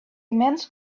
immense